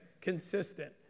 Consistent